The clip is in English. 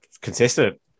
Consistent